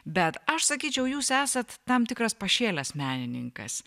bet aš sakyčiau jūs esat tam tikras pašėlęs menininkas